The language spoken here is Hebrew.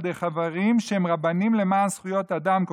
ידי חברים שהם רבנים למען זכויות אדם,